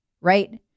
right